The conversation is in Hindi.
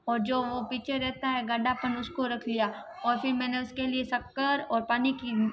और जो वो पीछे रहता है गाढ़ापन उसको रख लिया और फिर मैंने उसके लिए शक्कर और पानी की